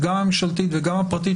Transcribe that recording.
משטרת ישראל בראש ובראשונה,